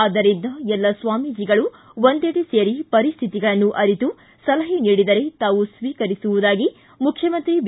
ಆದ್ದರಿಂದ ಎಲ್ಲ ಸ್ವಾಮೀಜಿಗಳು ಒಂದೆಡೆ ಸೇರಿ ಪರಿಸ್ಥಿತಿಗಳನ್ನು ಅರಿತು ಸಲಹೆ ನೀಡಿದರೇ ತಾವು ಸ್ವೀಕರಿಸುವುದಾಗಿ ಮುಖ್ಯಮಂತ್ರಿ ಬಿ